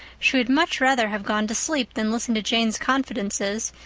she would much rather have gone to sleep than listen to jane's confidences,